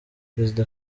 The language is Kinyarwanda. perezida